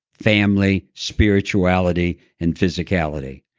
family, spirituality and physicality,